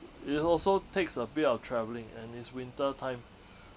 it also takes a bit of travelling and it's winter time